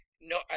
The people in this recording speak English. no